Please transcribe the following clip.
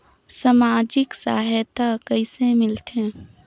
समाजिक सहायता कइसे मिलथे?